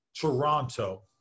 Toronto